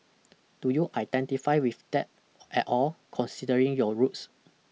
do you identify with that at all considering your roots